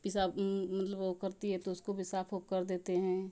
पेशाब मतलब वह करती है तो उसको भी साफ़ वाफ कर देते हैं